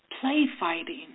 Play-fighting